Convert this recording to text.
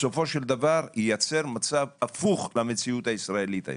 בסופו של דבר ייצר מצב הפוך מהמציאות הישראלית היום,